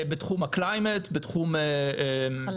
בתחום האקלים, החלל.